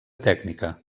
tècnica